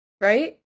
right